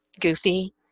Goofy